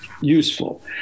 useful